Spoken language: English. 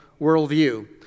worldview